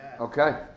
Okay